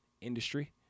industry